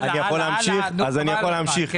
הכול בירוקרטיה.